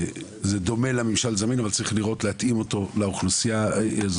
בסוף זה דומה לעמדת ממשל זמין אבל צריך להתאים לאוכלוסייה הזו